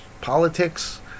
politics